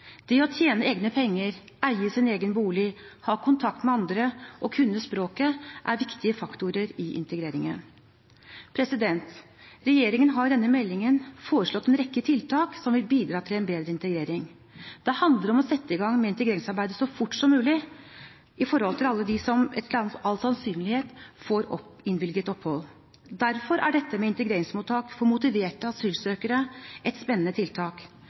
Det å tjene egne penger, eie sin egen bolig, ha kontakt med andre og kunne språket er viktige faktorer i integreringen. Regjeringen har i denne meldingen foreslått en rekke tiltak som vil bidra til en bedre integrering. Det handler om å sette i gang med integreringsarbeidet så fort som mulig for alle dem som etter all sannsynlighet får innvilget opphold. Derfor er dette med integreringsmottak for motiverte asylsøkere et spennende tiltak.